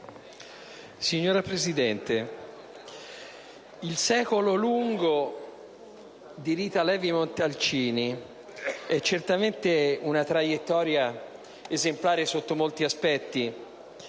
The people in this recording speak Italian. Signora Presidente, il secolo lungo di Rita Levi-Montalcini è certamente una traiettoria esemplare sotto molti aspetti.